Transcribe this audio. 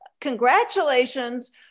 congratulations